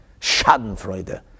Schadenfreude